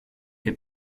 est